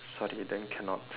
sorry then cannot